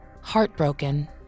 Heartbroken